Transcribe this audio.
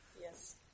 Yes